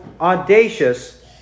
audacious